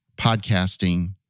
podcasting